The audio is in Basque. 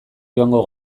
joango